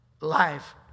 life